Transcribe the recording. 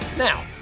Now